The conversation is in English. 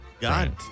God